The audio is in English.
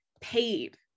paid